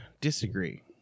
disagree